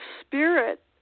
spirit